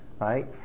right